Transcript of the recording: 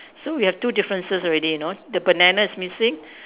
so we have two differences already you know the banana is missing